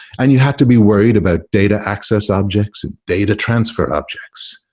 and you had to be worried about data access objects and data transfer objects,